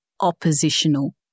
Oppositional